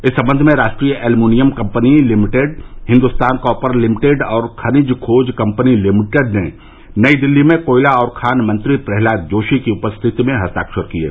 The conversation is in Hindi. इस संबंध में राष्ट्रीय aluminium company limited Hindustan copper limited और खनिज खोज कंपनी लिमिटेड ने नई दिल्ली में कोयला और खान मंत्री प्रह्लाद जोशी की उपस्थिति में हस्तक्षर किये